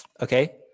Okay